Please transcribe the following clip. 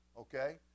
Okay